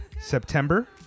September